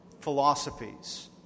philosophies